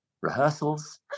rehearsals